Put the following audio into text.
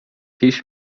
پیش